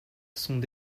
sont